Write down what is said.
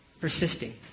persisting